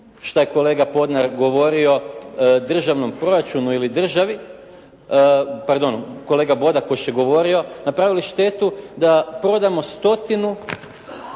što je kolega Podnar govorio državnom proračunu ili državi, pardon kolega Bodakoš je govorio, napravili štetu da prodamo stotinu